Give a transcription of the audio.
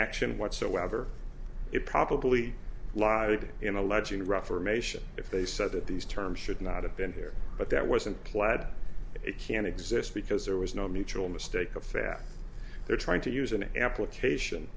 action whatsoever it probably lied in alleging reformation if they said that these terms should not have been here but that wasn't plaid it can't exist because there was no mutual mistake of fact they're trying to use an